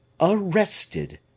Arrested